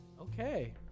Okay